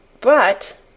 But